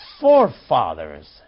forefathers